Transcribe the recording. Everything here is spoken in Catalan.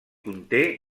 conté